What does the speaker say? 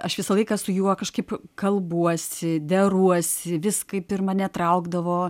aš visą laiką su juo kažkaip kalbuosi deruosi vis kaip ir mane traukdavo